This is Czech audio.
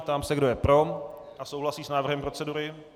Ptám se, kdo je pro a souhlasí s návrhem procedury.